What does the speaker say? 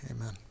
Amen